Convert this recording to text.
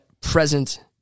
present